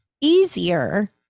easier